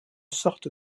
sorte